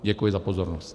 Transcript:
Děkuji za pozornost.